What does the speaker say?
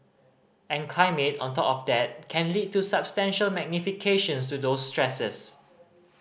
and climate on top of that can lead to substantial magnifications to those stresses